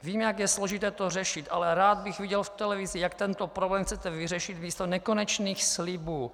Vím, jak je složité to řešit, ale rád bych viděl v televizi, jak tento problém chcete vyřešit místo nekonečných slibů.